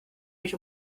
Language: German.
mich